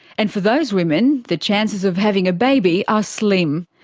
and for those women, the chances of having a baby are slim.